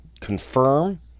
confirm